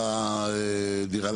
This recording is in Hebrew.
ארבע שנים אנחנו במקום הרבה יותר טוב,